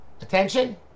attention